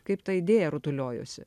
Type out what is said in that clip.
kaip ta idėja rutuliojosi